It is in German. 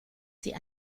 sie